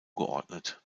geordnet